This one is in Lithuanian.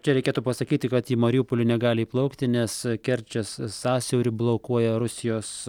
čia reikėtų pasakyti kad į mariupolį negali įplaukti nes kerčės sąsiaurį blokuoja rusijos